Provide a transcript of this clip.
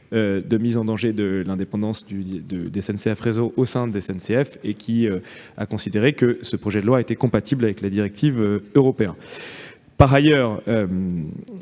de mise en danger de l'indépendance de SNCF Réseau au sein de la SNCF, et il a même considéré que le texte était compatible avec la directive européenne. Par ailleurs,